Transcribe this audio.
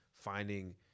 finding